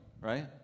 right